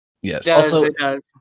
Yes